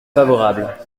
favorable